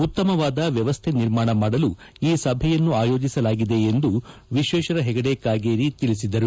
ಉತ್ತಮವಾದ ವ್ಯವಸ್ಥೆ ನಿರ್ಮಾಣ ಮಾಡಲು ಈ ಸಭೆಯನ್ನು ಆಯೋಜಿಸಲಾಗಿದೆ ಎಂದು ವಿಶ್ವೇಶ್ವರ ಹೆಗ್ಗಡೆ ಕಾಗೇರಿ ಹೇಳಿದರು